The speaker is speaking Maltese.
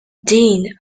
din